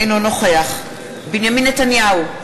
אינו נוכח בנימין נתניהו,